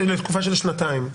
לתקופה של שנתיים.